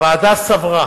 הוועדה סברה